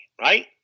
right